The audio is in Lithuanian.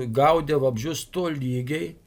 gaudė vabzdžius tolygiai